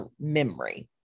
memory